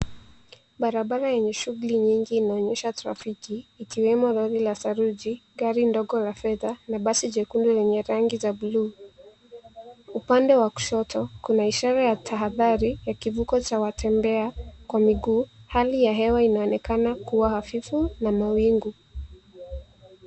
Barabara yenye shughuli nyingi inaonyesha trafiki, ikiwemo lori la saruji, gari ndogo la fedha, na basi jekundu lenye rangi za bluu. Upande wa kushoto, kuna ishara ya tahadhari ya kivuko cha watembea kwa miguu. Hali ya hewa inaonekana kuwa hafifu na mawingu.